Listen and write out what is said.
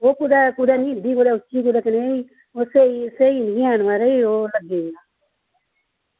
ओह् कुतै कुतै नींदी कुदै उच्ची कुतै कनेही ओह् स्हेई निं हैन महाराज ओह् लग्गी दियां